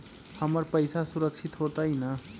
हमर पईसा सुरक्षित होतई न?